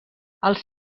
els